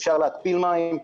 אפשר להתפיל מים,